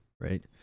right